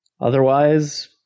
Otherwise